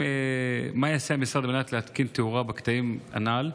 מה יעשה המשרד על מנת להתקין תאורה בקטעים הנ"ל?